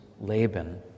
Laban